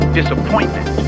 disappointment